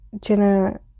Jenna